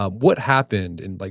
ah what happened? and like